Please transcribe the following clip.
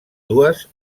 dues